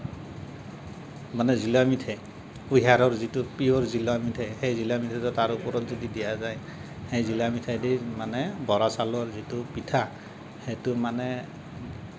মানে জুলীয়া মিঠাই কুঁহিয়াৰৰ যিটো পিয়'ৰ জুলীয়া মিঠাই সেই জুলীয়া মিঠাইটো তাৰ ওপৰত যদি দিয়া যায় সেই জুলীয়া মিঠাই দি মানে বৰা চাউলৰ যিটো পিঠা সেইটো মানে